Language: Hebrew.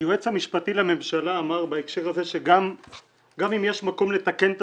היועץ המשפטי לממשלה אמר בהקשר הזה שגם אם יש מקום לתקן את